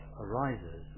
arises